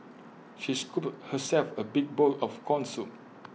she scooped herself A big bowl of Corn Soup